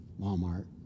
Walmart